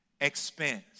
expense